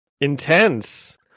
Intense